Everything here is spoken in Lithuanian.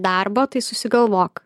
darbo tai susigalvok